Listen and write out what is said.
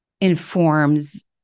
informs